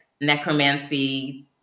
necromancy